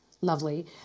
Lovely